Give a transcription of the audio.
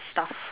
stuff